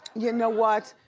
you know what?